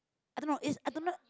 I don't know is I don't know